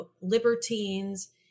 libertines